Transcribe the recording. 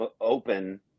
open